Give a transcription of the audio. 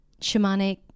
shamanic